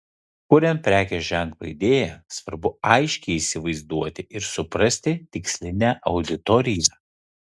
kuriant prekės ženklo idėją svarbu aiškiai įsivaizduoti ir suprasti tikslinę auditoriją